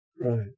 Right